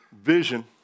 vision